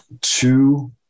two